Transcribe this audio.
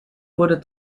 wurde